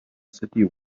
city